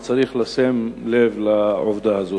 וצריך לשים לב לעובדה הזו.